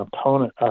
opponent